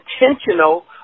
intentional